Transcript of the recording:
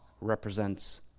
represents